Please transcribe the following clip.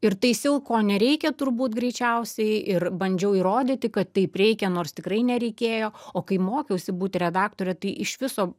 ir taisiau ko nereikia turbūt greičiausiai ir bandžiau įrodyti kad taip reikia nors tikrai nereikėjo o kai mokiausi būti redaktore tai iš viso